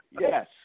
yes